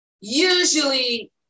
usually